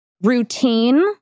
routine